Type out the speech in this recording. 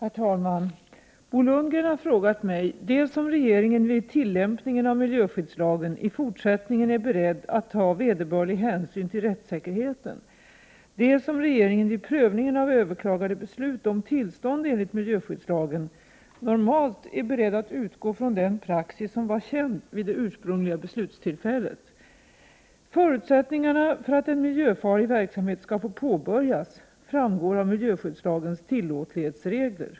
Herr talman! Bo Lundgren har frågat mig dels om regeringen vid tillämpningen av miljöskyddslagen i fortsättningen är beredd att ta vederbörlig hänsyn till rättssäkerheten, dels om regeringen vid prövningen av överklagade beslut om tillstånd enligt miljöskyddslagen normalt är beredd att utgå från den praxis som var känd vid det ursprungliga beslutstillfället. Förutsättningar för att en miljöfarlig verksamhet skall få påbörjas framgår av miljöskyddslagens tillåtlighetsregler.